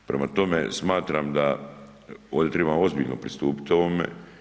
Prema tome, smatram da ovdje trebamo ozbiljno pristupiti ovome.